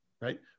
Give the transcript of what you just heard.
right